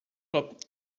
club